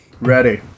Ready